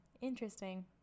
Interesting